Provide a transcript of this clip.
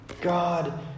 God